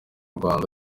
rwanda